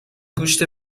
گوشت